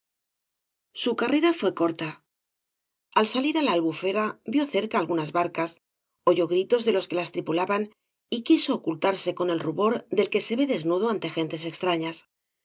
su carrera fué corta al salir á la albufera vio cerca algunas barcas oyó gritos de los que las tripulaban y quiso ocultarse con el rubor del que e ve desnudo ante gentes extrañas